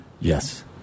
Yes